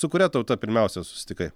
su kuria tauta pirmiausia susitikai